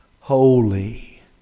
Holy